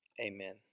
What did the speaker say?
Amen